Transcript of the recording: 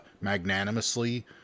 magnanimously